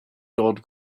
gold